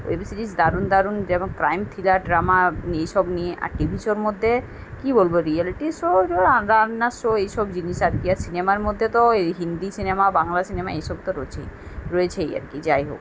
web series দারুন দারুন যেমন ক্রাইম থ্রিলার ড্রামা এই সব নিয়ে আর টিভি শোর মধ্যে কী বলবো রিয়েলিটি শো টো রান্না আন্নার শো এই সব জিনিস আর কী আর সিনেমার মধ্যে তো এই হিন্দি সিনেমা বাংলা সিনেমা এই সব তো রয়েছেই রয়েছেই আর কী যাই হোক